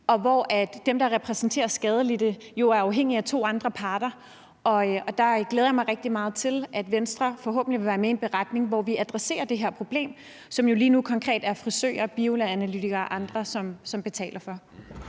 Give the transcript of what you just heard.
nu, hvor dem, der repræsenterer skadelidte, jo er afhængige af to andre parter. Der glæder jeg mig rigtig meget til, at Venstre forhåbentlig vil være med i en beretning, hvor vi adresserer det her problem, som det jo lige nu konkret er frisører, bioanalytikere og andre, som betaler for.